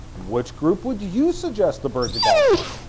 which group would you suggest the birds evolved from?